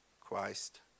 christ